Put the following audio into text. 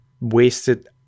wasted